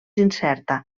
incerta